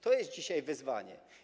To jest dzisiaj wyzwanie.